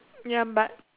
ya but